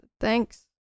thanks